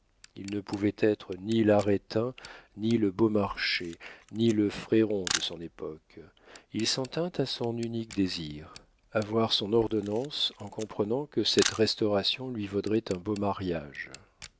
il ne pouvait être ni l'arétin ni le beaumarchais ni le fréron de son époque il s'en tint à son unique désir avoir son ordonnance en comprenant que cette restauration lui vaudrait un beau mariage